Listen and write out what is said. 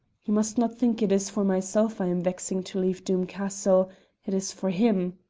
you must not think it is for myself i am vexing to leave doom castle it is for him.